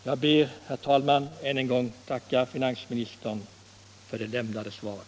Jag ber, herr talman, än en gång att få tacka finansministern för det lämnade svaret.